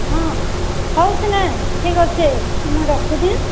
ହଁ ହଉଛି ନା ଠିକ୍ ଅଛି ମୁଁ ରଖୁଛି